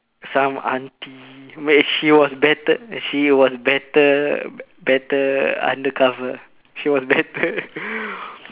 some auntie wait she was better she was better better undercover she was better